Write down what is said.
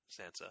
Sansa